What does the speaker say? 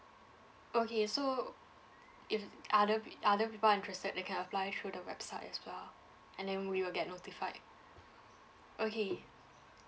okay so if other pe~ other people are interested they can apply through the website as well and then we will get notified okay